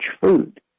food